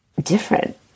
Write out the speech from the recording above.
different